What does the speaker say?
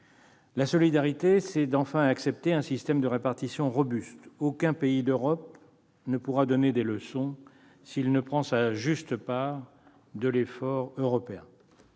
La solidarité, c'est accepter enfin un système de répartition robuste. Aucun pays d'Europe ne pourra donner de leçons s'il ne prend sa juste part de l'effort européen.